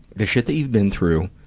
the shit that you've been through,